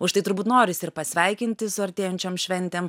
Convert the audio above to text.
užtai turbūt norisi ir pasveikinti su artėjančiom šventėm